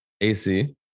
AC